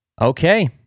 Okay